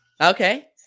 Okay